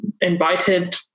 invited